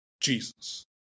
Jesus